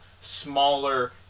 smaller